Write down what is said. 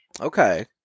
okay